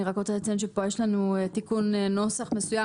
אני רק רוצה לציין שפה יש לנו תיקון נוסח מסוים